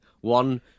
One